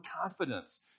confidence